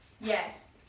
Yes